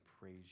praise